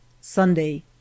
Sunday